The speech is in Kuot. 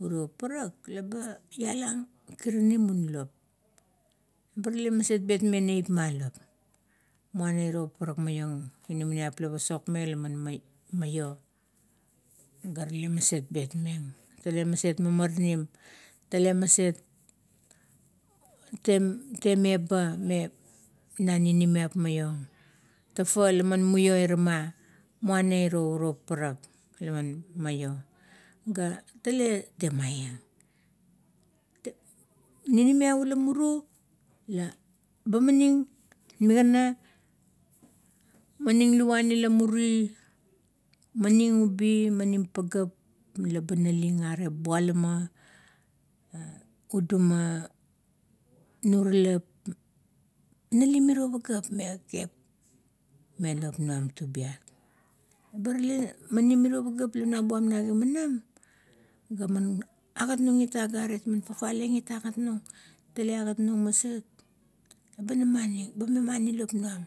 Urio paparak leba, ialang kirinim un lop, ba rale maset betmeng neip ma lop, muana iro paparak maion inamaniap mila pasokmeng la man maio. Ga rale maset betmeng, tle maset maranim, tale maset te-temba na ninimiap maiong. Tafa laman muio ira ma muyana iro uro paparak lamar maio ga rale gan, temaieng te. Ninimiap ula muru, la bumaning, migana maning luvuan ira mirie, maning ubi, maning pagap leba na ling gare, bualama, uduma, nuralap, nalim miro pageap me kekep, lop nuam tubiat. Leba rale maning mirio pageap la nuabuam na gimanam ga man agat nung agarit, man fafate eag it agat nung maset. Eba namaning, memaning lop nuam